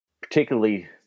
particularly